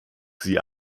sie